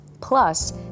Plus